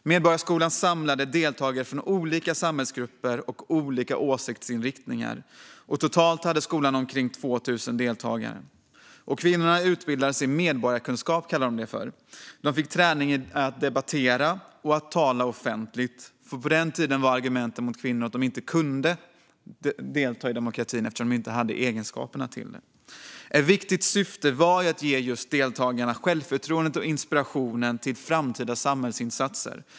Medborgarskolan samlade deltagare från olika samhällsgrupper och åsiktsriktningar. Totalt hade skolan omkring 2 000 deltagare. Kvinnorna utbildades i vad man kallade för medborgarkunskap. De fick träning i att debattera och i att tala offentligt. På den tiden var nämligen argumentet mot kvinnor att de inte kunde delta i demokratin eftersom de inte hade egenskaperna för det. Ett viktigt syfte var att ge deltagarna självförtroende och inspiration till framtida samhällsinsatser.